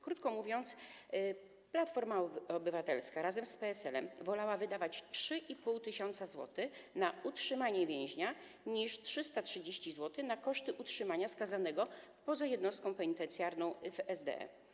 Krótko mówiąc, Platforma Obywatelska razem z PSL-em wolała wydawać 3,5 tys. zł na utrzymanie więźnia niż 330 zł na koszty utrzymania skazanego poza jednostką penitencjarną w SDE.